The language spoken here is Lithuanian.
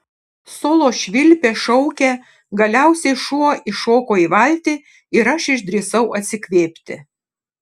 solo švilpė šaukė galiausiai šuo įšoko į valtį ir aš išdrįsau atsikvėpti